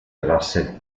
russell